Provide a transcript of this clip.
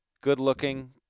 good-looking